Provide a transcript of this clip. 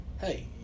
hey